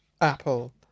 Apple